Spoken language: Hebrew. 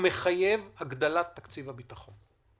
המחייב את הגדלת תקציב הביטחון.